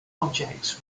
objects